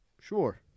Sure